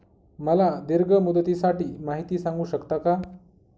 मला दीर्घ मुदतीसाठी माहिती सांगू शकता का?